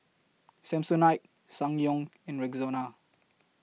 Samsonite Ssangyong and Rexona